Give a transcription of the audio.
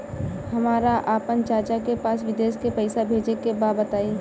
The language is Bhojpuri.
हमरा आपन चाचा के पास विदेश में पइसा भेजे के बा बताई